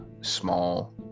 small